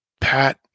Pat